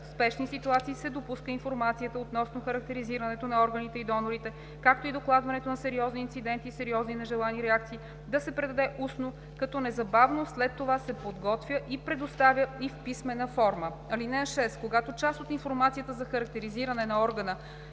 В спешни ситуации се допуска информацията относно характеризирането на органите и донорите, както и докладването на сериозни инциденти и сериозни нежелани реакции да се предаде устно, като незабавно след това се подготвя и предоставя и в писмена форма. (6) Когато част от информацията за характеризиране на органа